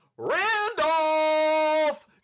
Randolph